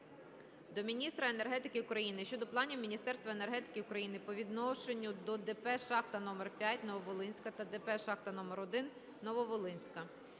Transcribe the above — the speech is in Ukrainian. до міністра енергетики України щодо планів Міністерства енергетики України по відношенню до ДП Шахта №5 "Нововолинська" та ДП Шахта №1 "Нововолинська".